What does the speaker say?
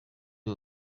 uyu